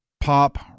pop